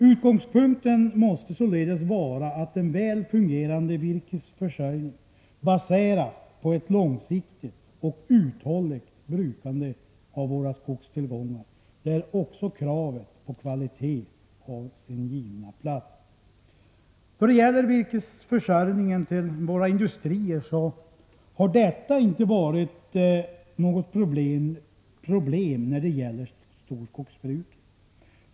Utgångspunkten måste således vara en väl fungerande virkesförsörjning, baserad på ett långsiktigt och uthålligt brukande av våra skogstillgångar, där också kravet på kvalitet har sin givna plats. Virkesförsörjningen till våra industrier har inte varit något problem när det gäller storskogsbruket.